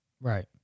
Right